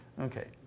Okay